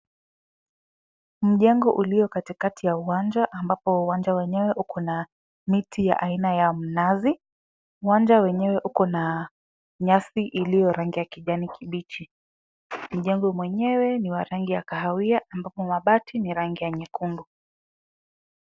Mjengo ulio katikati ya uwanja ambapo uwanja wenyewe uko na miti aina ya mnazi. Uwanja wenyewe uko na nyasi iliyo rangi ya kijani kibichi. Mjengo wenyewe ni wa rangi ya kahawia ambapo mabati ni ya rangi ya nyekundu.